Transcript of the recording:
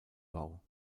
bau